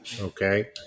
Okay